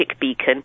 beacon